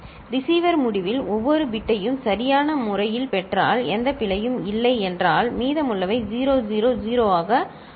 receiver முடிவில் ஒவ்வொரு பிட்டையும் சரியான முறையில் பெற்றால் எந்த பிழையும் இல்லை என்றால் மீதமுள்ளவை 0 0 0 ஆக மாறும் சரி